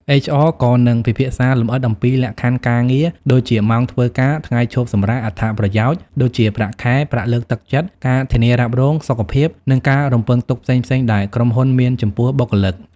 HR ក៏នឹងពិភាក្សាលម្អិតអំពី លក្ខខណ្ឌការងារ ដូចជាម៉ោងធ្វើការ ថ្ងៃឈប់សម្រាក អត្ថប្រយោជន៍ ដូចជាប្រាក់ខែ ប្រាក់លើកទឹកចិត្ត ការធានារ៉ាប់រង សុខភាព និងការរំពឹងទុកផ្សេងៗដែលក្រុមហ៊ុនមានចំពោះបុគ្គលិក។